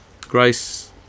Grace